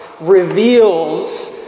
reveals